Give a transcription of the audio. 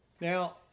Now